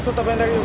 the window.